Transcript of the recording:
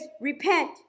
repent